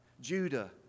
Judah